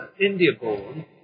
India-born